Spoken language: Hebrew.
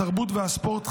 התרבות והספורט,